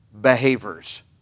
behaviors